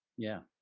yeah.